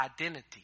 identity